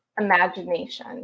imagination